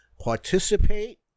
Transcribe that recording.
participate